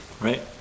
right